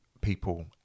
people